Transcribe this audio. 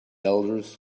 elders